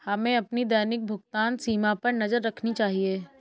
हमें अपनी दैनिक भुगतान सीमा पर नज़र रखनी चाहिए